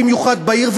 במיוחד בעיר,